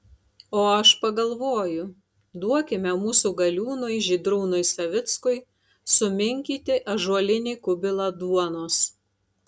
o aš pagalvoju duokime mūsų galiūnui žydrūnui savickui suminkyti ąžuolinį kubilą duonos